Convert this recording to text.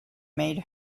made